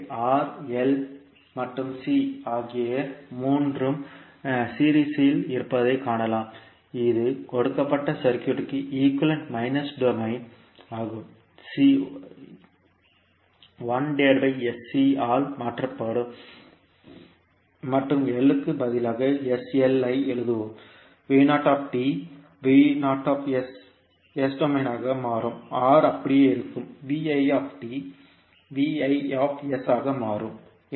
ஆகவே R L மற்றும் C ஆகிய மூன்றும் சிர்இஸ் இல் இருப்பதைக் காணலாம் இது கொடுக்கப்பட்ட சர்க்யூட்க்கு ஈக்குவேலன்ட் மைனஸ் டொமைன் ஆகும் C ஆல் மாற்றப்படும் மற்றும் L க்கு பதிலாக sL ஐ எழுதுவோம் S டொமைன் ஆக மாறும் R அப்படியே இருக்கும் ஆக மாறும்